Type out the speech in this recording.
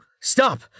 Stop